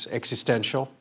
existential